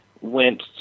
went